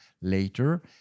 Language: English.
later